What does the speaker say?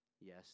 Yes